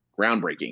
groundbreaking